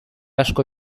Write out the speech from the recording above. asko